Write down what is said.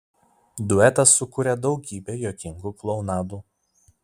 duetas sukūrė daugybę juokingų klounadų